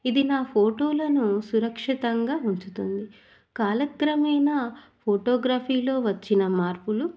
ఇది నా ఫోటోలను సురక్షితంగా ఉంచుతుంది కాలక్రమేణ ఫోటోగ్రఫీలో వచ్చిన మార్పులు